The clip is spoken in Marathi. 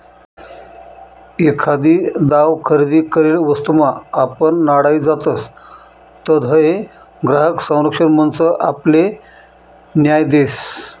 एखादी दाव खरेदी करेल वस्तूमा आपण नाडाई जातसं तधय ग्राहक संरक्षण मंच आपले न्याय देस